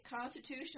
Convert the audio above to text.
constitutional